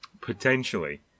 potentially